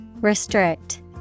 Restrict